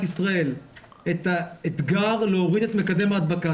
ישראל את האתגר להוריד את מקדם ההדבקה.